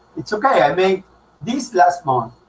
it's okay. i make this last month.